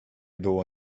było